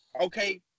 Okay